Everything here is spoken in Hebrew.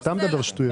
אתה מדבר שטויות.